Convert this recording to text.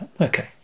okay